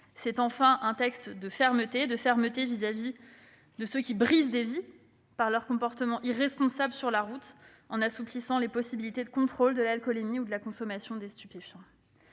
s'agit enfin d'un texte de fermeté. Fermeté vis-à-vis de ceux qui brisent des vies par leur comportement irresponsable sur la route, en assouplissant les possibilités de contrôle de l'alcoolémie ou de la consommation de stupéfiants.